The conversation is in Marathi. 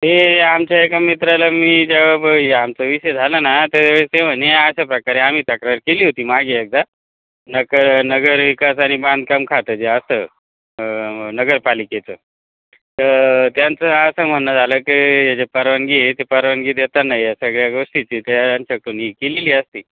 ते आमच्या एका मित्राला मी ज्यावेळी आमचं विषय झालं ना त्याच वेळी हे अशाप्रकारे आम्ही तक्रार केली होती मागे एकदा नक नगर विकास आणि बांधकाम खातं जे असतं नगरपालिकेचं तर त्यांचं असं म्हणणं झालं की या जर परवानगी ते परवानगी देताना या सगळ्या गोष्टीची त्या त्यांच्या कणी केलेली असती